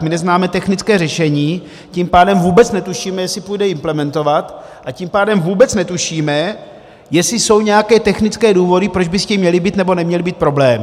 My neznáme technické řešení, tím pádem vůbec netušíme, jestli půjde implementovat, a tím pádem vůbec netušíme, jestli jsou nějaké technické důvody, proč by s tím měly být nebo neměly být problémy.